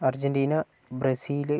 Argentina Brazil